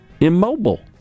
immobile